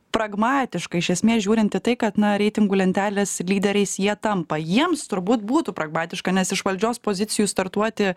pragmatiška iš esmės žiūrint į tai kad na reitingų lentelės lyderiais jie tampa jiems turbūt būtų pragmatiška nes iš valdžios pozicijų startuoti